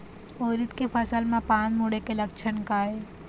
उरीद के फसल म पान मुड़े के लक्षण का ये?